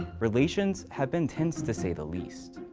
ah relations have been tense to say the least.